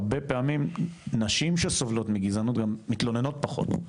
הרבה פעמים נשים שסובלות מגזענות גם מתלוננות פחות.